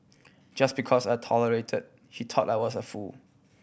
just because I tolerated he thought I was a fool